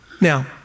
Now